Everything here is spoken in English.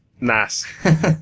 Nice